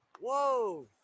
Whoa